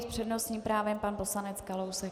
S přednostním právem pan poslanec Kalousek.